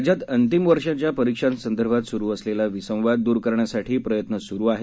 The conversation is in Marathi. राज्यात अंतिम वर्षांच्या परीक्षांसंदर्भात स्रू असलेला विसंवाद दूर करण्यासाठी प्रयत्न स्रू आहेत